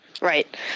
Right